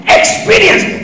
experience